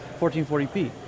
1440p